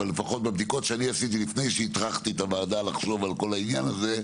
אבל בבדיקות שאני עשיתי לפני שהטרחתי את הוועדה לחשוב על כל העניין הזה.